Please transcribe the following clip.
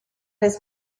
his